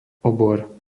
obor